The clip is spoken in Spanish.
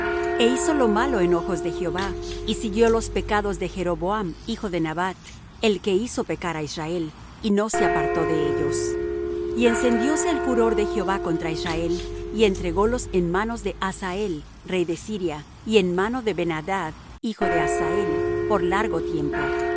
e hizo lo malo en ojos de jehová y siguió los pecados de jeroboam hijo de nabat el que hizo pecar á israel y no se apartó de ellos y encendióse el furor de jehová contra israel y entrególos en mano de hazael rey de siria y en mano de ben adad hijo de hazael por largo tiempo mas